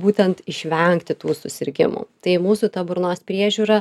būtent išvengti tų susirgimų tai mūsų ta burnos priežiūra